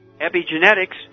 Epigenetics